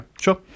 sure